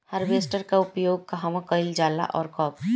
Harvester का उपयोग कहवा कइल जाला और कब?